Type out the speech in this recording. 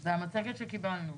זו המצגת שקיבלנו.